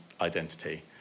identity